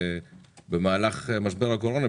ובמהלך משבר הקורונה,